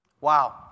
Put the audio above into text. Wow